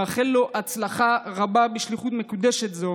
ואני מאחל לו הצלחה רבה בשליחות מקודשת זו.